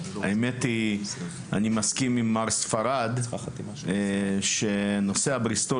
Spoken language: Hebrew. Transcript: אני מסכים עם מר ספרד: נושא הבריסטול